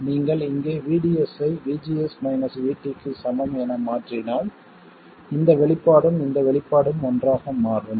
நீங்கள் இங்கே VDS ஐ VGS மைனஸ் VT க்கு சமம் என மாற்றினால் இந்த வெளிப்பாடும் இந்த வெளிப்பாடும் ஒன்றாக மாறும்